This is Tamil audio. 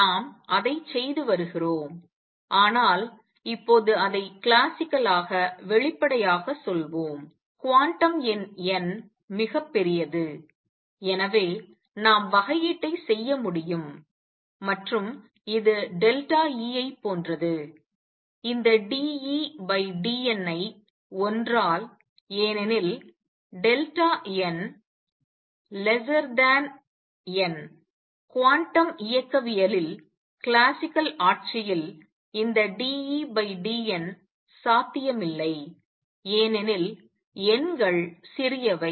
நாம் அதைச் செய்து வருகிறோம் ஆனால் இப்போது அதை கிளாசிக்கலாக வெளிப்படையாகச் சொல்வோம் குவாண்டம் எண் n மிகப் பெரியது எனவே நாம் வகையீட்டைச் செய்ய முடியும் மற்றும் இது E ஐப் போன்றது இந்த d E dn ஐ ஒன்றால் ஏனெனில் n n குவாண்டம் இயக்கவியலில் கிளாசிக்கல் ஆட்சியில் இந்த d E dn சாத்தியமில்லை ஏனெனில் எண்கள் சிறியவை